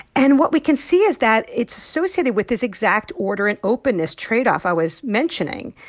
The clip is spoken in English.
and what we can see is that it's associated with this exact order and openness tradeoff i was mentioning.